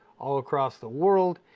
all across the world,